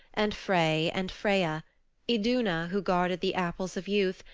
and frey and freya iduna, who guarded the apples of youth,